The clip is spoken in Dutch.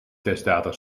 testdata